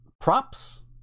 props